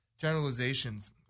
generalizations